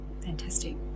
Fantastic